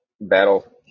battle